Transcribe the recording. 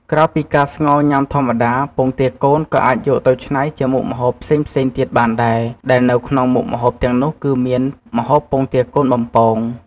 ក្រៅពីការស្ងោរញ៉ាំធម្មតា ពងទាកូនក៏អាចយកទៅច្នៃជាមុខម្ហូបផ្សេងៗទៀតបានដែរ ដែលនៅក្នុងមុខម្ហូបទាំងនោះគឺមាន ម្ហូបពងទាកូនបំពង។